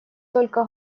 только